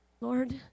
Lord